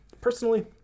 Personally